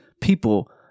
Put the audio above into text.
people